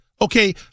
Okay